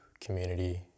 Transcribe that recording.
community